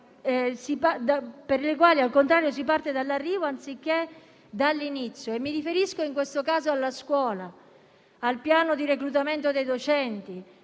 per i quali, al contrario, si parte dall'arrivo anziché dall'inizio. Mi riferisco, in questo caso, alla scuola e al piano di reclutamento dei docenti.